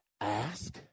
ask